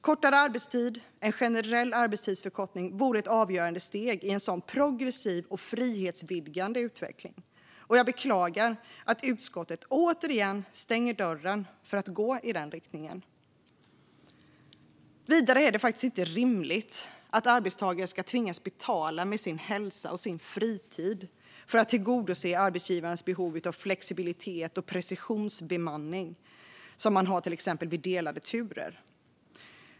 Kortare arbetstid, det vill säga en generell arbetstidsförkortning, vore ett avgörande steg i en sådan progressiv och frihetsvidgande utveckling. Jag beklagar att utskottet återigen stänger dörren för möjligheten att gå i denna riktning. Vidare är det faktiskt inte rimligt att arbetstagare ska tvingas betala med sin hälsa och sin fritid för att tillgodose arbetsgivarens behov av flexibilitet och precisionsbemanning, som man har till exempel vid delade turer.